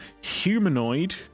humanoid